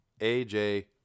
AJ